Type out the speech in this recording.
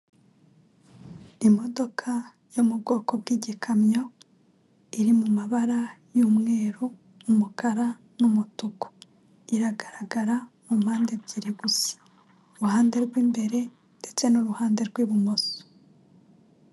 Imodoka yo mu bwoko bw'igikamyo iri mu mabara y'umweru, umukara, n'umutuku; iragaragara mu mpande ebyiri gusa; uruhande rw'imbere ndetse n'uruhande rw'ibumoso.